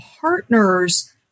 partners